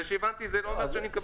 זה שהבנתי זה לא אומר שאני מקבל את זה.